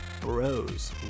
bros